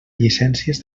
llicències